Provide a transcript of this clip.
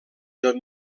del